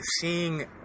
seeing